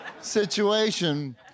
situation